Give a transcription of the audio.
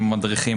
עם המדריכים,